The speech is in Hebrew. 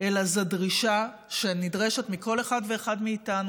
אלא זאת דרישה שנדרשת מכל אחד ואחד מאיתנו,